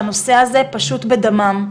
שהנושא הזה פשוט בדמם.